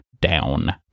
down